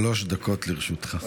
שלוש דקות לרשותך.